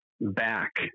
back